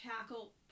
tackle